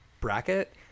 bracket